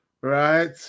Right